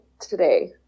today